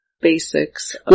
basics